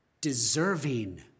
deserving